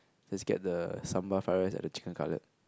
just get the sambal fried rice and the chicken cutlet